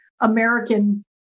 American